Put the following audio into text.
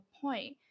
point